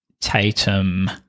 Tatum